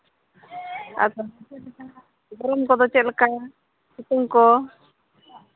ᱟᱫᱚ ᱪᱮᱫ ᱞᱮᱠᱟᱱᱟᱜ ᱡᱤᱭᱚᱱ ᱠᱚᱫᱚ ᱪᱮᱫ ᱞᱮᱠᱟ ᱥᱤᱛᱩᱝ ᱠᱚ